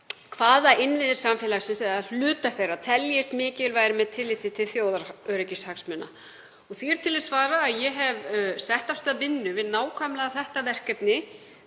hvaða innviðir samfélagsins eða hlutar þeirra teljist mikilvægir með tilliti til þjóðaröryggishagsmuna. Því er til að svara að ég hef sett af stað vinnu við nákvæmlega þetta verkefni.,